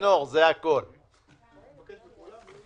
בכל אחת משנות המס 2018 ו-2019,